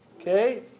Okay